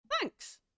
thanks